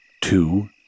Two